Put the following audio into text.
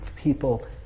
people